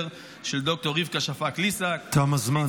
של ד"ר רבקה שפק-ליסק -- תם הזמן.